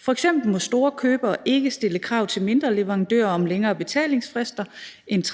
F.eks. må store købere ikke stille krav til mindre leverandører om længere betalingsfrister end